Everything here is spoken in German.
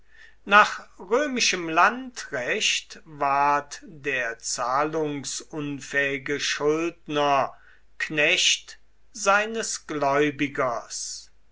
nach römischem landrecht ward der zahlungsunfähige schuldner knecht seines gläubigers